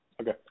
Okay